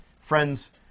Friends